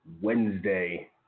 Wednesday